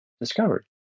discovered